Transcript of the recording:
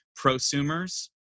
prosumers